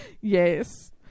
Yes